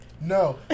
No